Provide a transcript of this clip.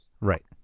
Right